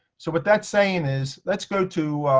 so what that's saying is let's go to,